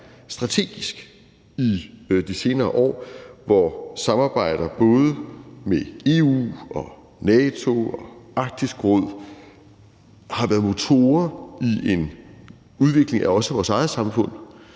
strategisk i de senere år. Hvor samarbejder med både EU, NATO og Arktisk Råd har været motorer i en udvikling, også af vores eget samfund,